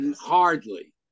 Hardly